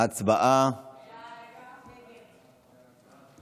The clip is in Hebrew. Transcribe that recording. חברת הכנסת יסמין פרידמן,